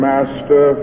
Master